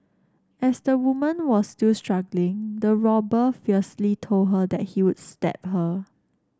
as the woman was still struggling the robber fiercely told her that he would stab her